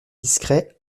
discret